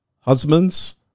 Husbands